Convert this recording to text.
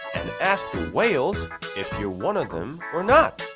and ask the whales if you're one of them or not?